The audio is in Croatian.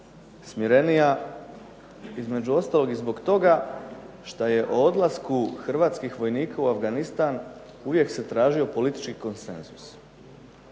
smirenija, između ostalog i zbog toga što je o odlasku hrvatskih vojnika u Afganistan uvijek se tražio politički konsenzus.